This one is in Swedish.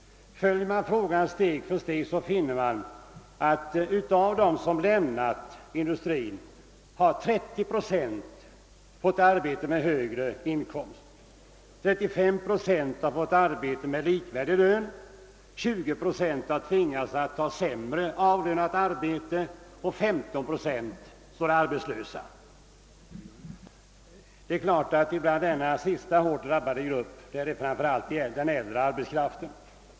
Följer man frågan steg för steg så finner man att av dem som lämnat industrin har 30 procent fått arbete med högre inkomst, 35 procent har fått arbete med likvärdig lön, 20 procent har tvingats att ta ett sämre avlönat arbete, och 15 procent står arbetslösa. I den sistnämnda hårt drabbade gruppen finns givetvis främst den äldre arbetskraften. '